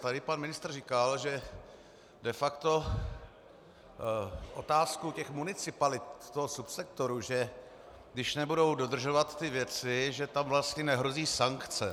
Tady pan ministr říkal, že de facto otázku těch municipalit, toho subsektoru že když se nebudou dodržovat ty věci, že tam vlastně nehrozí sankce.